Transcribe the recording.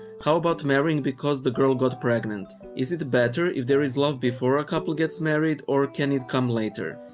how about marrying because the girl got pregnant? is it better if there is love before a couple gets married or can it come later?